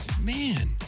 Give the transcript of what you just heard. man